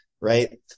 right